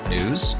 News